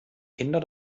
kinder